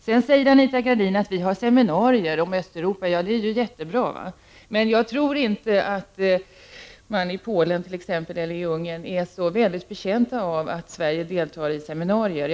Sedan säger Anita Gradin att vi har seminarier om Östeuropa. Ja, det är ju jättebra. Men jag tror inte att man i t.ex. Polen eller Ungern är särskilt betjänt av att Sverige deltar i seminarier.